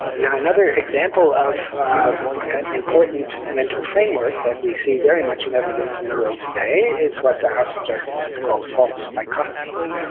now another example of an important mental framework that we see very much in evidence in the world today, is what the house of justice has called false dichotomies.